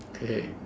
K